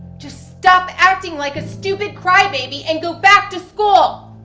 just stop acting like a stupid crybaby and go back to school.